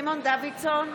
סימון דוידסון,